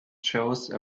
chose